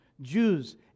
Jews